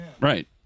Right